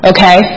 Okay